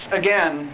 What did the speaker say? again